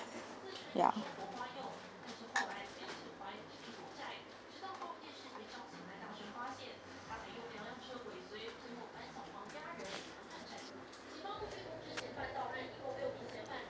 ya